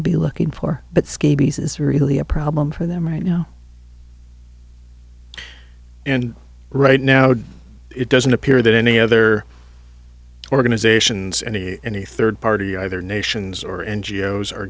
to be looking for but scabies is really a problem for them right now and right now it doesn't appear that any other organizations and any third party either nations or n g o s are